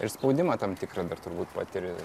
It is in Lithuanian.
ir spaudimą tam tikrą dar turbūt patiri